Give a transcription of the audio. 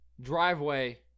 driveway